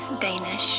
Danish